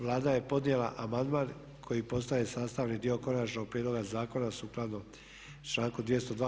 Vlada je podnijela amandman koji postaje sastavni dio Konačnog prijedloga zakona sukladno članku 202.